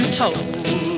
told